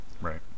right